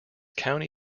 county